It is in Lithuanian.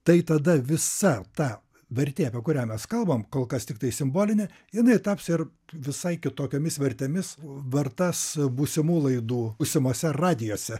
tai tada visa ta vertė apie kurią mes kalbam kol kas tiktai simbolinė jinai taps ir visai kitokiomis vertėmis vertas būsimų laidų būsimuose radijuose